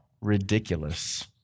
ridiculous